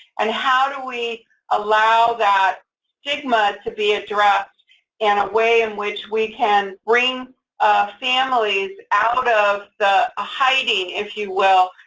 and how do we allow that stigma to be addressed in a way in which we can bring families out of the ah hiding, if you will,